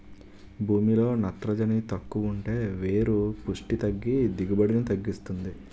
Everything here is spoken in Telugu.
భూమిలో నత్రజని తక్కువుంటే వేరు పుస్టి తగ్గి దిగుబడిని తగ్గిస్తుంది